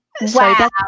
Wow